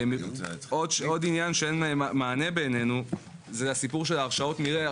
עוד עניין שבעינינו אין לו מענה הוא הסיפור של הרשאות המרעה.